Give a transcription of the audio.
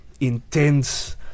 intense